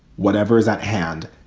whatever is at hand,